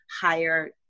higher